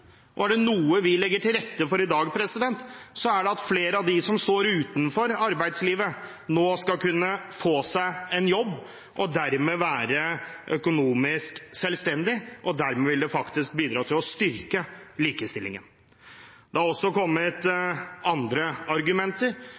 andre. Er det noe vi legger til rette for i dag, er det at flere av dem som står utenfor arbeidslivet, nå skal kunne få seg en jobb og dermed være økonomisk selvstendig. Dermed vil det faktisk bidra til å styrke likestillingen. Det har også kommet andre argumenter,